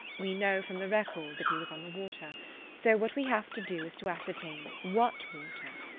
we know from the record that he was on the water so what we have to do is to ascertain what water.